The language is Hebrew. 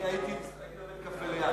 אני הייתי ליד, בבית-קפה.